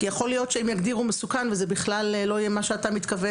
כי יכול להיות שהם יגדירו מסוכן וזה בכלל לא יהיה מה שאתה מתכוון